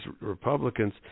Republicans